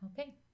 Okay